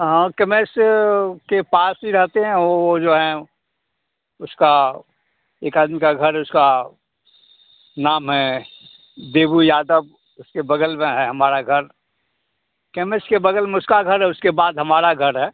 हाँ और कैमेस के पास ही रहते हैं वह जो हैं उसका एक आदमी का घर है उसका नाम है देबू यादव उसके बग़ल में है हमारा घर कैमिस्ट के बग़ल में उसका घर है उसके बाद हमारा घर है